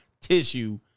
tissue